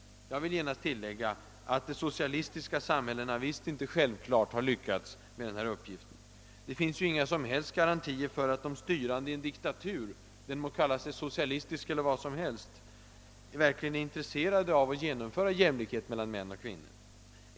Jag vill genast tillägga att de socialistiska samhällena visst inte självklart har lyckats med denna uppgift. Det finns inga som helst garantier för att de styrande i en diktatur — den må kalla sig socialistisk eller vad som helst — verkligen är intresserade av att genomföra jämlikhet mellan män och kvinnor.